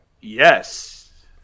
Yes